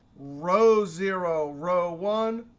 row zero, row one,